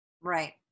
Right